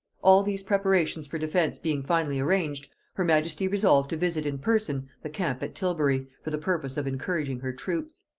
all these preparations for defence being finally arranged, her majesty resolved to visit in person the camp at tilbury, for the purpose of encouraging her troops.